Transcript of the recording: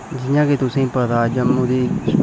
जि'यां कि तुसेंगी पता ऐ जम्मू दी